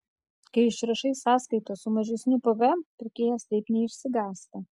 kai išrašai sąskaitą su mažesniu pvm pirkėjas taip neišsigąsta